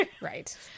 Right